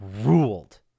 ruled